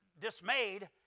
dismayed